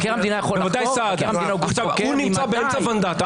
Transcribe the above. הוא נמצא באמצע ונדטה.